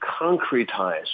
concretize